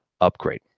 upgrade